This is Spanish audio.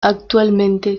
actualmente